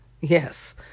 Yes